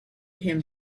him